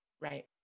right